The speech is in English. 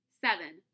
Seven